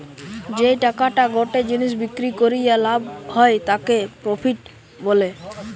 যেই টাকাটা গটে জিনিস বিক্রি করিয়া লাভ হয় তাকে প্রফিট বলে